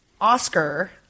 Oscar